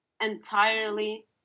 entirely